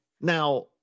Now